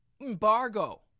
Embargo